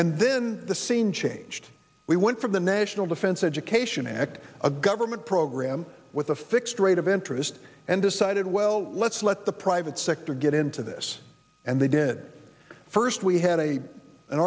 and then the scene changed we went for the national defense education act a government program with a fixed rate of interest and decided well let's let the private sector get into this and they did first we had a an